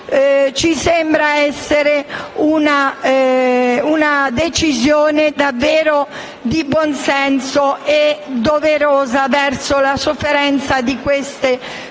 ci sembra essere una decisione davvero di buon senso e doverosa verso la sofferenza di queste famiglie.